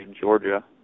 Georgia